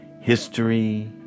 History